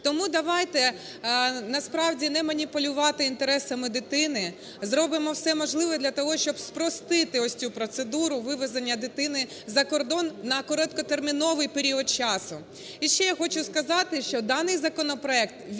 Тому давайте насправді не маніпулювати інтересами дитини, а зробимо все можливе для того, щоб спростити ось цю процедуру вивезення дитини за кордон на короткотерміновий період часу. І ще я хочу сказати, що даний законопроект, він